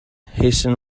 hasten